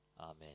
amen